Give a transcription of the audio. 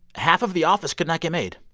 half of the office could not get made